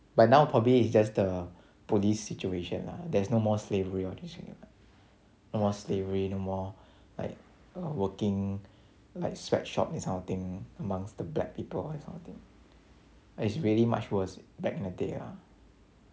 but now probably it's just the police situation lah there's no more slavery all these already what no more slavery no more like working like sweat shop this kind of thing amongst the black people this kind of thing is really much worse back in the day ah